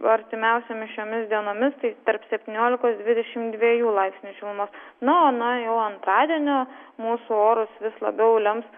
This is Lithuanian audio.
artimiausiomis šiomis dienomis tai tarp septyniolikos dvidešim dviejų laipsnių šilumos na o nuo jau antradienio mūsų orus vis labiau lems